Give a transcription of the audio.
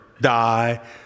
die